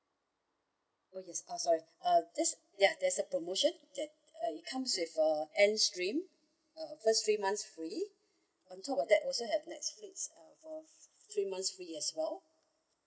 okay ah sorry uh this ya there's a promotion that uh it comes with uh N stream uh first three months free on top of that also has Netflix of uh three months free as well